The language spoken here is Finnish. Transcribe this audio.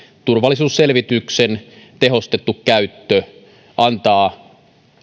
turvallisuusselvityksen tehostettu käyttö antaa